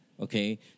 Okay